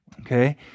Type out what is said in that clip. Okay